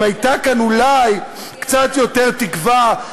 אם הייתה כאן אולי קצת יותר תקווה,